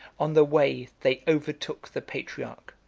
on the way they overtook the patriarch,